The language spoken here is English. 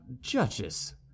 judges